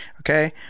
Okay